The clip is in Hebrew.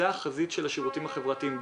זאת החזית של השירותים החברתיים.